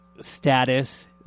status